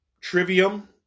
Trivium